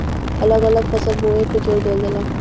अलग अलग फसल बोले पे जोर देवल जाला